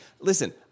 listen